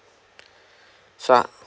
so